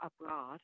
abroad